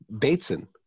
Bateson